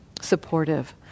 supportive